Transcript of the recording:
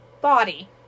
body